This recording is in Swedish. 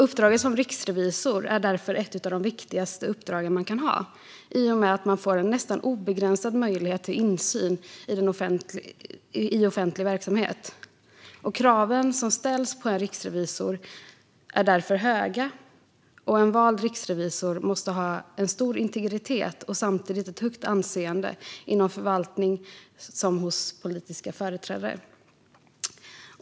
Uppdraget som riksrevisor är därför ett av de viktigaste uppdragen man kan ha i och med att man får en nästan obegränsad möjlighet till insyn i offentlig verksamhet. Kraven som ställs på en riksrevisor är därför höga, och en vald riksrevisor måste ha en stor integritet och samtidigt ett högt anseende inom förvaltning och hos politiska företrädare.